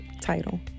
title